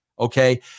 Okay